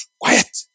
quiet